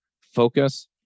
focus